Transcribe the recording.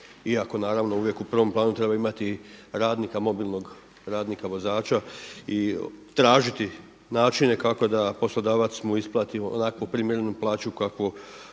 iako naravno uvijek u prvom planu treba imati radnika mobilnog radnika vozača i tražiti načine kako da mu poslodavac isplati onakvu primjerenu plaću kakvu